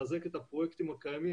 לחזק את הפרויקטים הקיימים,